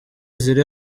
ziri